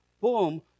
boom